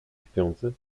śpiący